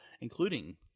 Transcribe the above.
including